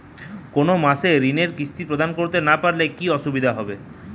কোনো মাসে ঋণের কিস্তি প্রদান করতে না পারলে কি অসুবিধা হবে?